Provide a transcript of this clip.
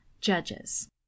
judges